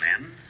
men